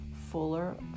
fuller